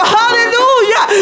hallelujah